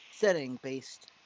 setting-based